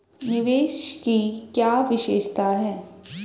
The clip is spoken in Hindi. निवेश की क्या विशेषता है?